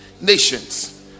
Nations